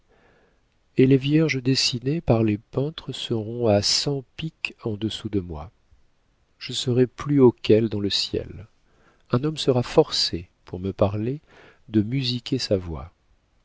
et les vierges dessinées par les peintres seront à cent piques au-dessous de moi je serai plus haut qu'elles dans le ciel un homme sera forcé pour me parler de musiquer sa voix